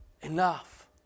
Enough